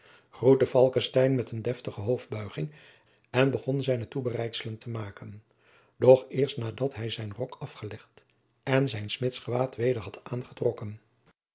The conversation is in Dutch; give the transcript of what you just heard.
groette falckestein met eene deftige hoofdbuiging en begon zijne toebereidselen te maken doch eerst nadat hij zijn rok afgelegd en zijn smidsgewaad weder had aangetrokken